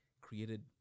created